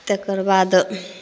तकर बाद